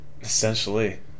Essentially